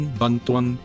bantuan